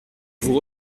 vous